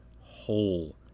whole